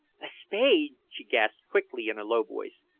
a spade! she gasped quickly in a low voice.